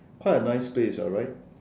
quite a nice place alright